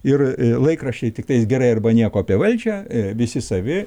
ir laikraščiai tiktais gerai arba nieko apie valdžią visi savi